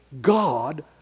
God